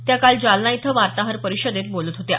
त्या काल जालना इथं वार्ताहर परिषदेत बोलत होत्या